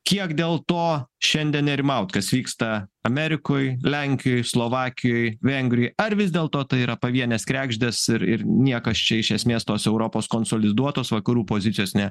kiek dėl to šiandien nerimaut kas vyksta amerikoj lenkijoj slovakijoj vengrijoj ar vis dėlto tai yra pavienės kregždės ir ir niekas čia iš esmės tos europos konsoliduotos vakarų pozicijos ne